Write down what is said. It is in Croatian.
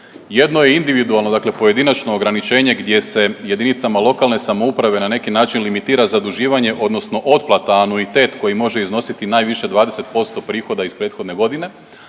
Jedno je individualno dakle pojedinačno ograničenje gdje se jedinicama lokalne samouprave na neki način limitira zaduživanje odnosno otplata anuitet koji može iznositi najviše 20% prihoda iz prethodne godine,